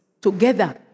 together